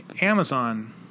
Amazon